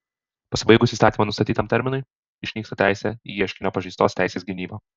pasibaigus įstatymo nustatytam terminui išnyksta teisė į ieškinio pažeistos teisės gynybą